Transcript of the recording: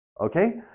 Okay